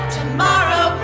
Tomorrow